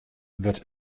wurdt